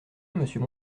monsieur